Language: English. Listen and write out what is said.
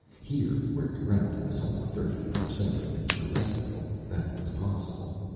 here, where the gravity was only thirty-eight percent of the terrestrial, that was possible.